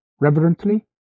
reverently